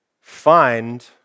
find